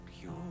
pure